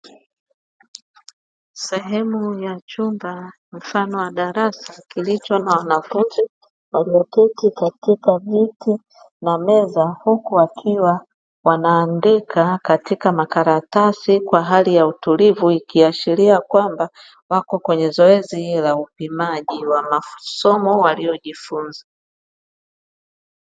Sehemu ya chumba mfano wa darasa kilicho na wanafunzi walioketi katika viti na meza huku akiwa wanaandika katika makaratasi kwa hali ya utulivu ikiashiria kwamba wako kwenye zoezi la upimaji wa masomo waliyojifunza.